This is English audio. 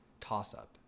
toss-up